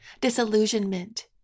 disillusionment